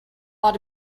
ought